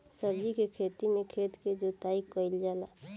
सब्जी के खेती में खेत के जोताई कईल जाला